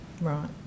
Right